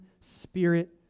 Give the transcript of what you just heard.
spirit